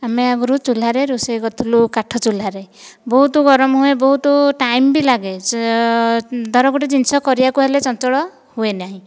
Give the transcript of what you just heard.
ଆମେ ଆଗରୁ ଚୁଲାରେ ରୋଷେଇ କରୁଥିଲୁ କାଠଚୁଲାରେ ବହୁତ ଗରମ ହୁଏ ବହୁତ ଟାଇମ ବି ଲାଗେ ସେ ଧର ଗୋଟିଏ ଜିନିଷ କରିବାକୁ ହେଲେ ଚଞ୍ଚଳ ହୁଏ ନାହିଁ